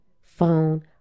phone